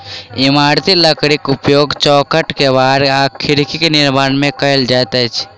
इमारती लकड़ीक उपयोग चौखैट, केबाड़ आ खिड़कीक निर्माण मे कयल जाइत अछि